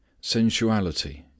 sensuality